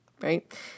right